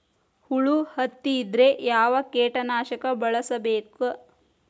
ಹುಳು ಹತ್ತಿದ್ರೆ ಯಾವ ಕೇಟನಾಶಕ ಬಳಸಬೇಕ?